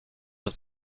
auf